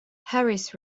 harris